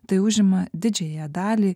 tai užima didžiąją dalį